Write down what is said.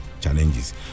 challenges